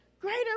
greater